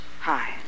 Hi